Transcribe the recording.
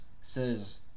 says